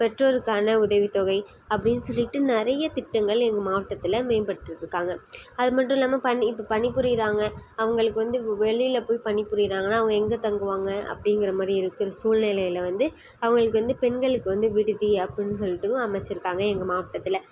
பெற்றோருக்கான உதவித்தொகை அப்படின்னு சொல்லிட்டு நிறைய திட்டங்கள் எங்கள் மாவட்டத்தில் மேம்பட்டுட்ருக்காங்க அதுமட்டும் இல்லாமல் பணி இப்போ பணி புரியறாங்க அவங்களுக்கு வந்து வெளியில் போய் பணி புரியறாங்கனா அவங்க எங்கே தங்குவாங்க அப்படிங்கிற மாதிரி இருக்கிற சூழ்நிலையில் வந்து அவங்களுக்கு வந்து பெண்களுக்கு வந்து விடுதி அப்படின்னு சொல்லிட்டும் அமைச்சிருக்காங்க எங்கள் மாவட்டத்தில்